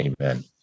Amen